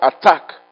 attack